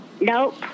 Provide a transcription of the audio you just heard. Nope